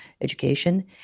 education